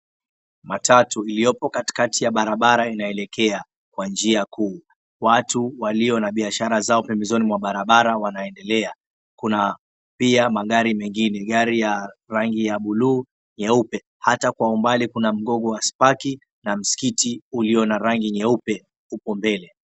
Matatu iliyopo katikati ya barabara inaelekea kwa njia kuu, watu waliyo na biashara zao pembezoni mwa barabara wanaendelea. Kuna pia magari mengine, gari ya rangi ya bluu nyeupe ata kwa umbali kuna mgogo wa spaki na msikiti uliyo na rangi nyeupe upo mbele.